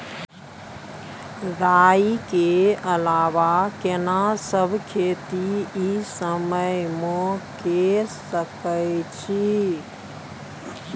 राई के अलावा केना सब खेती इ समय म के सकैछी?